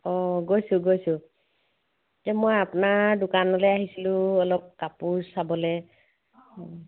অঁ গৈছোঁ গৈছোঁ এতিয়া মই আপোনাৰ দোকানলৈ আহিছিলোঁ অলপ কাপোৰ চাবলৈ অঁ